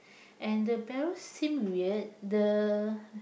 and the barrels seem weird the